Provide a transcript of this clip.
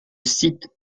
site